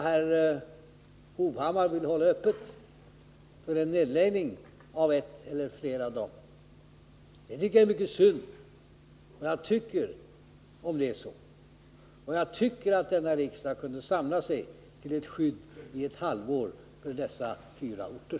Herr Hovhammar vill hålla öppet för en nedläggning av ett eller flera av bruken. Om det blir en nedläggning, tycker jag att det är synd, och jag tycker att riksdagen borde kunna samla sig till ett skydd i ett halvår för dessa fyra orter.